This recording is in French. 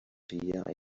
filière